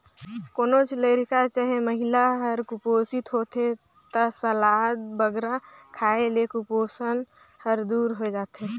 कोनोच लरिका चहे महिला हर कुपोसित होथे ता सलाद बगरा खाए ले कुपोसन हर दूर होए जाथे